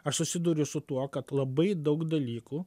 aš susiduriu su tuo kad labai daug dalykų